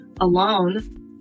alone